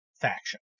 faction